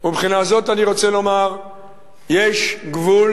מבחינה זו אני רוצה לומר שיש גבול